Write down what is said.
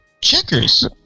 Checkers